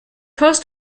post